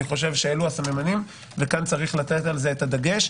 אלה הסממנים ויש שים על זה את הדגש.